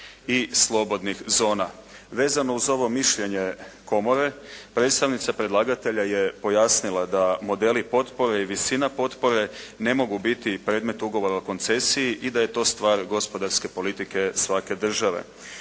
i slobodnih zona. Vezano uz ovo mišljenje komore predstavnica predlagatelja je pojasnila da modeli potpore i visina potpore ne mogu biti predmet ugovora o koncesiji i da je to stvar gospodarske politike svake države.